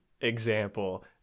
example